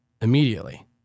immediately